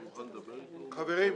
חברים,